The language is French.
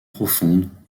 profondes